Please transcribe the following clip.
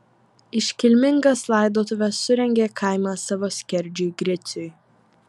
iškilmingas laidotuves surengė kaimas savo skerdžiui griciui